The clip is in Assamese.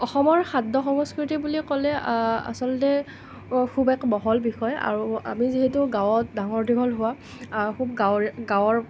অসমৰ খাদ্য সংস্কৃতি বুলি ক'লে আচলতে খুব এক বহল বিষয় আৰু আমি যিহেতু গাঁৱত ডাঙৰ দীঘল হোৱা খুব গাঁৱৰ গাঁৱৰ